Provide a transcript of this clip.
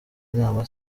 inama